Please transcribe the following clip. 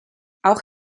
auch